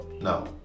No